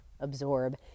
absorb